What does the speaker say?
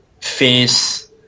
face